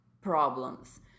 problems